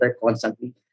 constantly